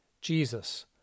Jesus